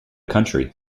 county